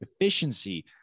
efficiency